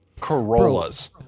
Corollas